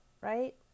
Right